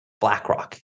BlackRock